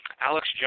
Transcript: Alex